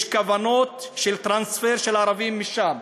יש כוונות של טרנספר של ערבים משם,